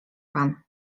pan